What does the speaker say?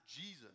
Jesus